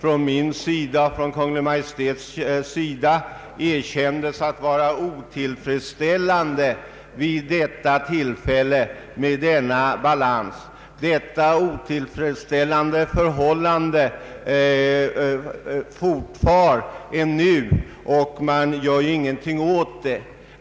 Jag kan alltså konstatera att detta otillfredsställande förhållande, vilket även erkänts såsom otillfredsställande av Kungl. Maj:t, ännu fortfar och att det inte görs någonting åt det.